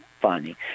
funny